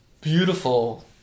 beautiful